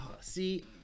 See